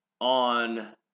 on